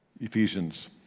Ephesians